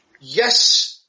Yes